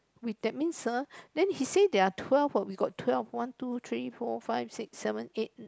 with that means ah then he said there are twelve we got twelve one two three four five six seven eight